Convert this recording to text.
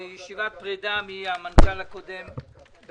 הישיבה ננעלה בשעה 12:02.